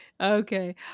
Okay